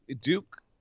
Duke